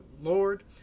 lord